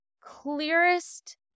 clearest